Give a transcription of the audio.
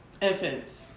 Infants